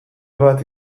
bat